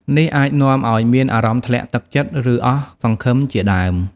នេះអាចនាំឱ្យមានអារម្មណ៍ធ្លាក់ទឹកចិត្ត ឬអស់សង្ឃឹមជាដើម។